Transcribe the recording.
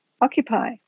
occupy